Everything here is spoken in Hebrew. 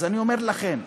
אז אני אומר לכם,